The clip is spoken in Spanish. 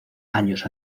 años